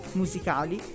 musicali